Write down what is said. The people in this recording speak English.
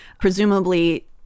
Presumably